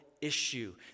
issue